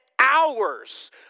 hours